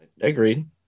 Agreed